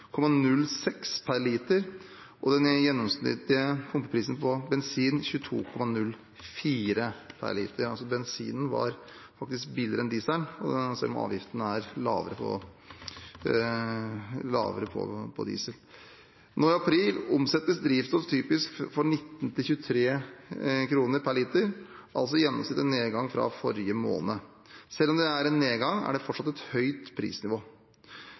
og den gjennomsnittlige pumpeprisen på bensin var 22,04 kr/liter. Bensinen var faktisk billigere enn dieselen, selv om avgiften er lavere på diesel. Nå i april omsettes drivstoff typisk for 19–23 kr/liter, altså i gjennomsnitt en nedgang fra forrige måned. Selv om det er en nedgang, er det fortsatt et høyt prisnivå.